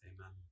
Amen